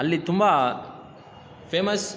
ಅಲ್ಲಿ ತುಂಬ ಫೇಮಸ್